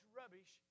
rubbish